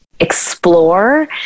explore